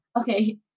Okay